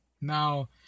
Now